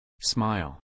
Smile